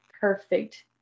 perfect